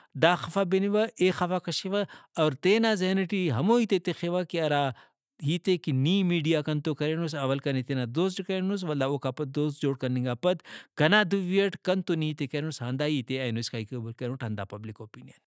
دا خفا بنوہ اے خفا کشوہ اور تینا ذہن ٹی ہمو ہیتے تخوہ کہ ہرا ہیتے کہ نی میڈیا کنتو کرینس اول کنے تینا دوست جوڑ کرینس ولدا اوکا پد دوست جوڑ کننگا پد کنا دُوی اٹ کنتون ہیتے کرینس ہندا ہیتے اینو اسکا ای قبول کرینٹ ہندا پبلک اوپنیئن اے۔